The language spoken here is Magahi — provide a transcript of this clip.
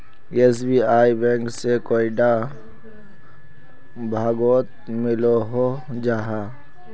एस.बी.आई बैंक से कैडा भागोत मिलोहो जाहा?